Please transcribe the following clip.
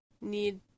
need